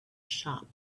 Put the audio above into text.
shop